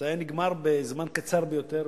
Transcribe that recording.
זה היה נגמר בזמן קצר ביותר,